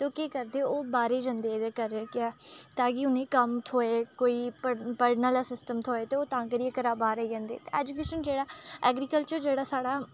ते ओह् केह् करदे ओह् बाह्रै गी जंदे ताकि उ'नेंगी कम्म थ्होऐ कोई पढ़ पढ़ने आह्ला सिस्टम थ्होऐ ते ओह् तां करियै घरा बाह्र आई जंदे ऐजूकेशन जेह्ड़ा ऐग्रीकल्चर जेह्ड़ा साढ़ा